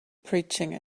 preaching